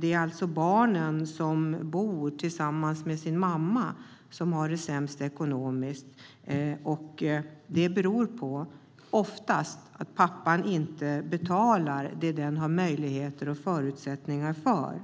Det är alltså barnen som bor tillsammans med sin mamma som har det sämst ekonomiskt, och det beror oftast på att pappan inte betalar det han har möjlighet till och förutsättningar för.